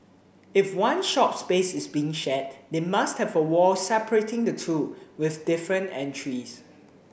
if one shop space is being shared they must have a wall separating the two with different entries